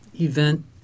event